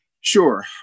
Sure